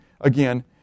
again